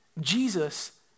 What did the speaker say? Jesus